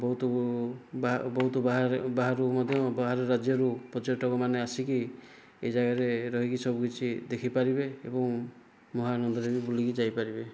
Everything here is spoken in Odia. ବହୁତ ବାହାରୁ ମଧ୍ୟ ବାହାର ରାଜ୍ୟରୁ ପର୍ଯ୍ୟଟକ ମାନେ ଆସିକି ଏହି ଯାଗାରେ ରହିକି ସବୁକିଛି ଦେଖି ପାରିବେ ଏବଂ ମହାଆନନ୍ଦରେ ବି ବୁଲିକି ଯାଇ ପାରିବେ